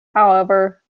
however